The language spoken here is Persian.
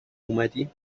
اومدی